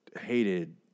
hated